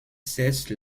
cesse